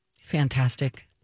fantastic